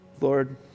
Lord